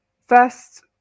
first